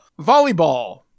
volleyball